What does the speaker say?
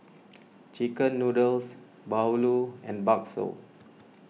Chicken Noodles Bahulu and Bakso